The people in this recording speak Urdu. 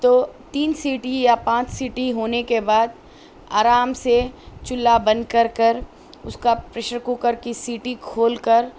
تو تین سیٹی یا پانچ سیٹی ہونے کے بعد آرام سے چولہا بند کر کر اس کا پریشر کوکر کی سیٹی کھول کر